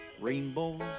rainbows